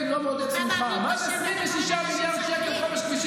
לא קראתי לראש הממשלה "שקרן בן שקרן".